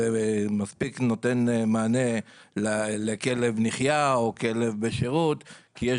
זה מספיק נותן מענה לכלב נחייה או כלב שירות כי יש